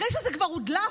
אחרי שזה כבר הודלף,